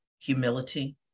humility